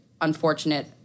unfortunate